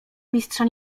mistrza